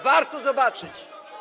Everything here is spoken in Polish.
Warto zobaczyć.